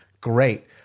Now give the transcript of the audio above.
Great